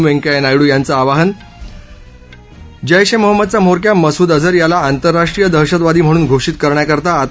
व्यंकय्या नायडू यांचं आवाहन जैश ए मोहम्मदचा म्होरक्या मसूद अजहर याला आंतरराष्ट्रीय दहशतवादी म्हणून घोषित करण्याकरता आता